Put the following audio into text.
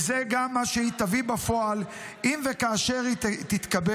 וזה גם מה שהיא תביא בפועל אם וכאשר היא תתקבל.